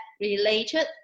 Related